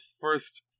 first